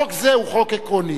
חוק זה הוא חוק עקרוני.